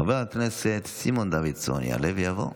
חבר הכנסת סימון דוידסון יעלה ויבוא.